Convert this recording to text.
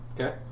Okay